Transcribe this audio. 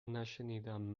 نشنیدم